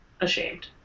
ashamed